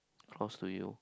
cross to you